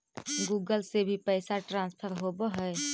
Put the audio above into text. Google से भी पैसा ट्रांसफर होवहै?